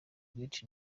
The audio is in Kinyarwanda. gates